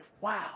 wow